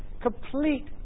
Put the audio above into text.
complete